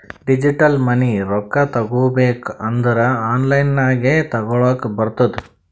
digital money ರೊಕ್ಕಾ ತಗೋಬೇಕ್ ಅಂದುರ್ ಆನ್ಲೈನ್ ನಾಗೆ ತಗೋಲಕ್ ಬರ್ತುದ್